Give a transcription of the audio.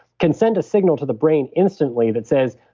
can send a signal to the brain instantly that says,